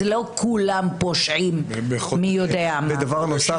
לא כולם פושעים מי יודע מה.